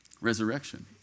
Resurrection